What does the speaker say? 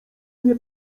nie